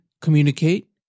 communicate